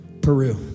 Peru